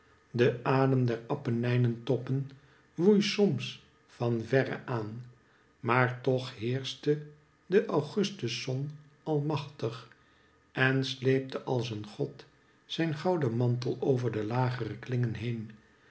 de adem der appenijnentoppen woei soms van verre aan maar toch heerschte de augustu zon almachtig en sleepte als een god zijn gouden mantel over de lagere klingen heen